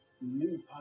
New